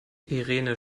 irene